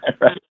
Right